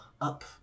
up